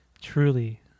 truly